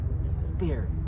Spirit